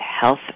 Health